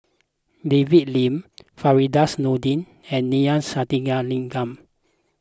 David Lim Firdaus Nordin and Neila Sathyalingam